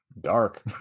dark